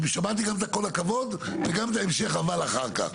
שמעתי גם את ה"כל הכבוד" וגם את ה"אבל" אחר כך.